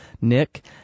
nick